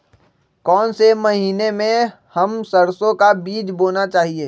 कौन से महीने में हम सरसो का बीज बोना चाहिए?